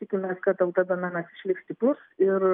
tikimės kad lt domenas išliks stiprus ir